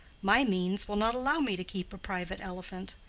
my means will not allow me to keep a private elephant.